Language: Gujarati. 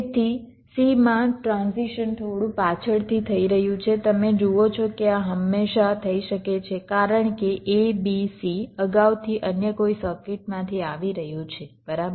તેથી c માં ટ્રાન્ઝિશન થોડું પાછળથી થઈ રહ્યું છે તમે જુઓ છો કે આ હંમેશા થઈ શકે છે કારણ કે a b c અગાઉથી અન્ય કોઈ સર્કિટમાંથી આવી રહ્યું છે બરાબર